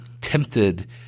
tempted